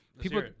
People